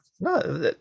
No